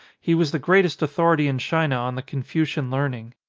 he was the greatest authority in china on the confucian learning.